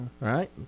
right